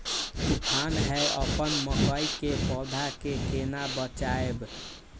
तुफान है अपन मकई के पौधा के केना बचायब?